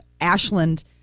Ashland